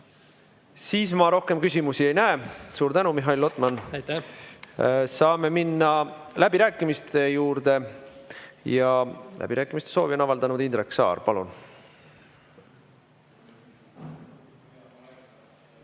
anda. Ma rohkem küsimusi ei näe. Suur tänu, Mihhail Lotman! Saame minna läbirääkimiste juurde. Läbirääkimiste soovi on avaldanud Indrek Saar. Palun!